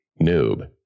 noob